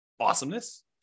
Awesomeness